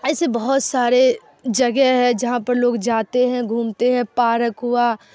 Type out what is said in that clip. ایسی بہت سارے جگہ ہے جہاں پر لوگ جاتے ہیں گھومتے ہیں پارک ہوا